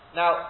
now